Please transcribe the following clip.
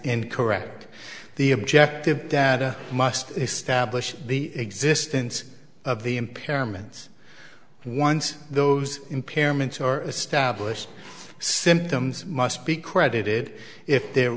incorrect the objective data must establish the existence of the impairments once those impairments or established symptoms must be credited if they